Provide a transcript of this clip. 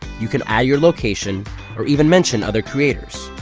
you can add your location or even mention other creators.